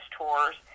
tours